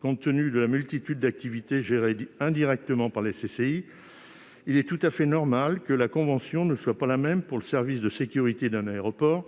Compte tenu de la multitude d'activités gérées indirectement par les CCI, il est tout à fait normal que la convention collective ne soit pas la même pour tous : pour le service de sécurité d'un aéroport,